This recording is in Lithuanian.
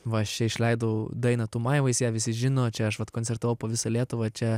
va aš čia išleidau dainą tu maivaisi ją visi žino čia aš vat koncertavau po visą lietuvą čia